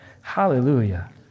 Hallelujah